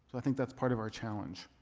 i think that's part of our challenge.